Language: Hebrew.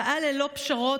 פעל ללא פשרות,